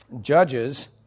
Judges